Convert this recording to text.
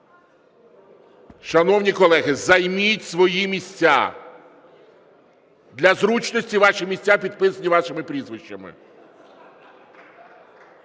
Шановні колеги, займіть свої місця. Для зручності ваші місця підписані вашими прізвищами.